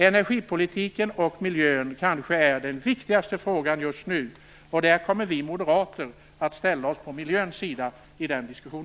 Energipolitiken och miljön är kanske den viktigaste frågan just nu, och i den diskussionen kommer vi moderater att ställa oss på miljöns sida.